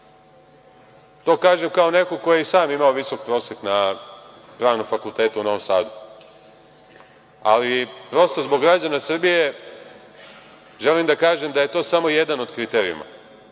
To kažem kao neko ko je i sam imao visok prosek na Pravnom fakultetu u Novom Sadu. Zbog građana Srbije, želim da kažem da je to samo jedan od kriterijuma.